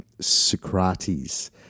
Socrates